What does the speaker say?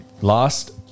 last